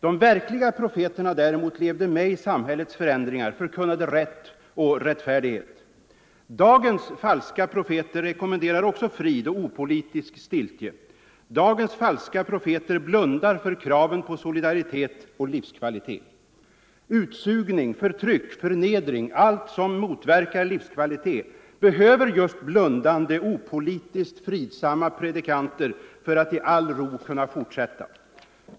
De verkliga profeterna däremot levde med i samhällets förändringar, förkunnade rätt och rättfärdighet. Dagens falska profeter rekommenderar också frid och opolitisk stiltje. Dagens falska profeter blundar för kraven på solidaritet och livskvalitet. Utsugning, förtryck, förnedring, allt som motverkar livskvalitet behöver just blundande, opolitiskt fridsamma predikanter för att i all ro kunna fortsätta.